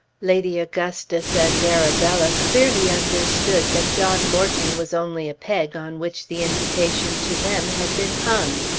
lady augustus and arabella clearly understood that john morton was only a peg on which the invitation to them had been hung.